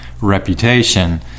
reputation